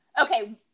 okay